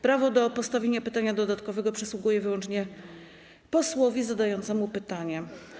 Prawo do postawienia pytania dodatkowego przysługuje wyłącznie posłowi zadającemu pytanie.